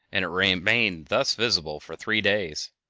and it remained thus visible for three days,